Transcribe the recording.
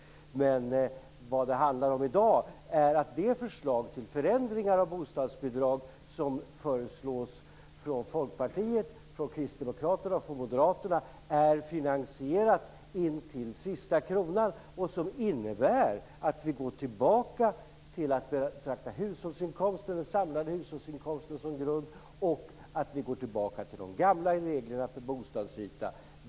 Vad det handlar om i dag är att det förslag till förändringar av bostadsbidrag som föreslås från Folkpartiet, Kristdemokraterna och Moderaterna är finansierat intill sista kronan. Det innebär att vi går tillbaka till att betrakta den samlade hushållsinkomsten som grund och går tillbaka till de gamla reglerna för bostadsyta.